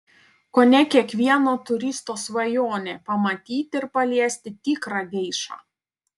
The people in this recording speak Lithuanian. kone kiekvieno turisto svajonė pamatyti ir paliesti tikrą geišą